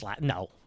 no